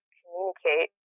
communicate